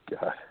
God